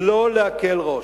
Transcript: לא להקל ראש.